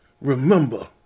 Remember